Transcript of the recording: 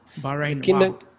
Bahrain